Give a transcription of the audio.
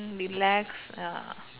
relax ya